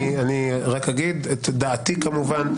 אני אגיד את דעתי כמובן.